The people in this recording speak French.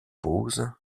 pose